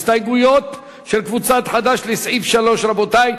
הסתייגויות של קבוצת חד"ש לסעיף 3, רבותי.